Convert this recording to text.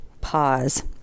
pause